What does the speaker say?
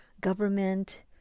government